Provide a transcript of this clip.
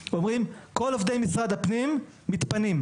אומרים: כל עובדי משרד הפנים מתפנים.